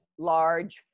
large